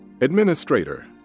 Administrator